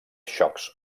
xocs